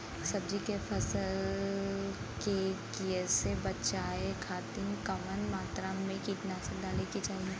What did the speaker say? सब्जी के फसल के कियेसे बचाव खातिन कवन मात्रा में कीटनाशक डाले के चाही?